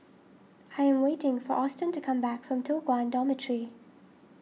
I am waiting for Austen to come back from Toh Guan Dormitory